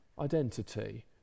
identity